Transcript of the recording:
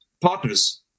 partners